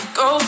go